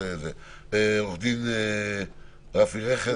זה הזמן להתעורר.